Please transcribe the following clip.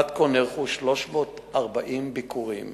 עד כה נערכו 340 ביקורים